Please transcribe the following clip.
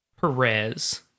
Perez